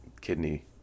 kidney